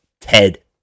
Ted